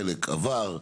חלק עבר,